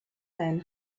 men